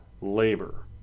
labor